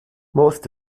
most